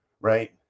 right